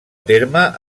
terme